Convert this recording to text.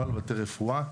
לא על בתי רפואה.